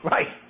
Right